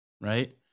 right